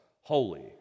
holy